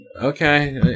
Okay